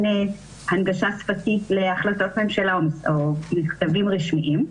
הנגשה שפתית להחלטות ממשלה או מכתבים רשמיים.